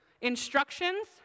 Instructions